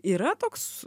yra toks